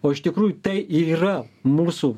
o iš tikrųjų tai ir yra mūsų